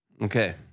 Okay